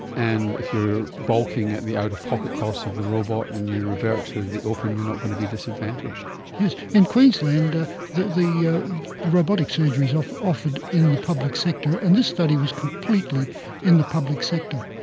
and if you are balking at the out-of-pocket costs of the robot and you revert to the open, you are not going to be disadvantaged. yes. in queensland ah the the yeah robotic surgery is offered offered in the public sector, and this study was completely in the public sector.